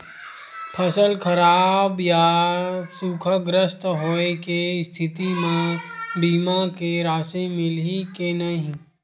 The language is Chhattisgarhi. फसल खराब या सूखाग्रस्त होय के स्थिति म बीमा के राशि मिलही के नही?